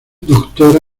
doctora